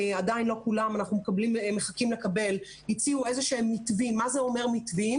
עדיין לא כולם ואנחנו מחכים לקבל איזה שהם מתווים.